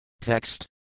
Text